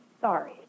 Sorry